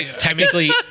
Technically